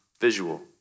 visual